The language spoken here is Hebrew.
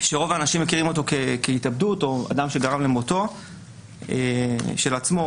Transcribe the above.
שרוב האנשים מכירים אותו כהתאבדות או אדם שגרם למותו של עצמו,